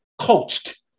coached